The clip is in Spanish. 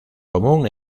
común